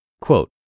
Quote